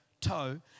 toe